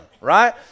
right